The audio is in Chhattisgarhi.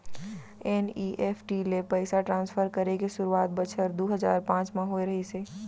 एन.ई.एफ.टी ले पइसा ट्रांसफर करे के सुरूवात बछर दू हजार पॉंच म होय रहिस हे